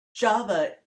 java